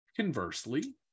conversely